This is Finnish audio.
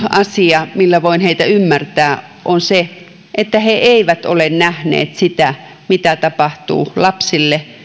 asia millä voin heitä ymmärtää on se että he eivät ole nähneet sitä mitä tapahtuu lapsille